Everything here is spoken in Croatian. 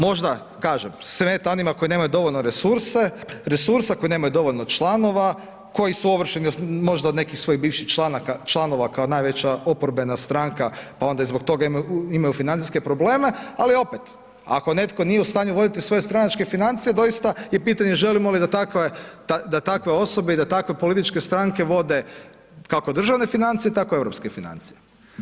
Možda, kažem, smeta onima koji nemaju dovoljno resursa, koji nemaju dovoljno članova, koji su ovršeni možda od nekih svojih bivših članova, kao najveća oporbena stranka, pa onda i zbog toga imaju financijske probleme, ali opet, ako netko nije u stanju voditi svoje stranačke financije, doista je pitanje želimo li da takve osobe i da takve političke stranke vode kako državne financije, tako europske financije.